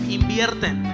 invierten